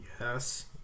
Yes